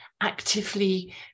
actively